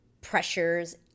pressures